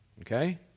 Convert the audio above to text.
Okay